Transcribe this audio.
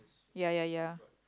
ya ya ya